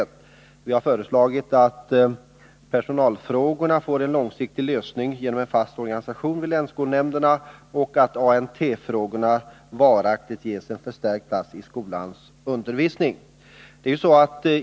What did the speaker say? Vi har när det gäller ANT-verksamheten föreslagit att personalfrågorna får en långsiktig lösning genom en fast organisation vid länsskolnämnderna och att ANT-frågorna varaktigt ges en förstärkt plats i skolans undervisning.